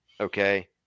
okay